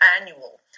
annual